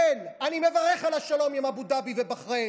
כן, אני מברך על השלום עם אבו דאבי ובחריין,